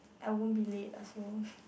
I won't be late also